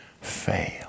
fail